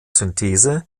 synthese